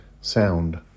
sound